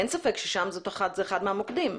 אין ספק ששם זה אחד מהמוקדים,